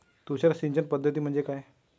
तुषार सिंचन पद्धती म्हणजे काय?